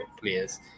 players